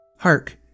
Hark